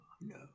No